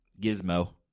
Gizmo